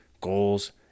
goals